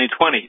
2020